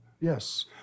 Yes